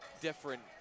different